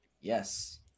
Yes